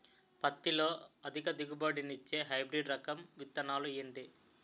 పత్తి లో అధిక దిగుబడి నిచ్చే హైబ్రిడ్ రకం విత్తనాలు ఏంటి